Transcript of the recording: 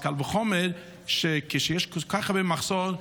קל וחומר שכשיש כל כך הרבה מחסור,